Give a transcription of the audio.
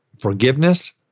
forgiveness